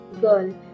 girl